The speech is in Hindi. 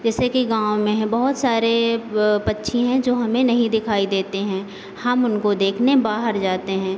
जैसे कि गाँव में हैं बहुत सारे पक्षी हैं जो हमें नहीं दिखाई देते हैं हम उनको देखने बाहर जाते हैं